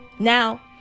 Now